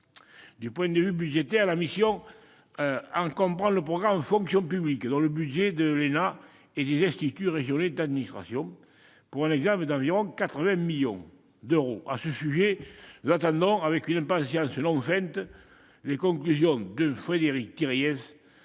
d'un point de vue budgétaire, la mission comprend le programme « Fonction publique », qui vise le budget de l'ENA et des instituts régionaux d'administration, pour un ensemble d'environ 80 millions d'euros. À ce sujet, nous attendons, avec une impatience non feinte, les conclusions de Frédéric Thiriez,